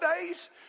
days